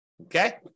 okay